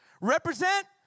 represent